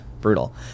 Brutal